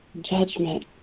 judgment